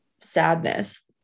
sadness